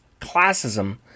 classism